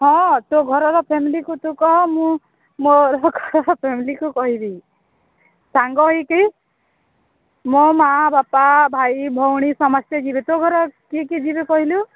ହଁ ତୋ ଘରର ଫ୍ୟାମିଲିକୁ ତୁ କହ ମୁଁ ମୋର ଘରର ଫ୍ୟାମିଲିକୁ କହିବି ସାଙ୍ଗ ହେଇକି ମୋ ମା ବାପା ଭାଇ ଭଉଣୀ ସମସ୍ତେ ଯିବେ ତୋ ଘର କିଏ କିଏ ଯିବେ କହିଲୁ